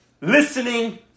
listening